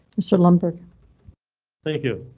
mr. lumbergh thank you.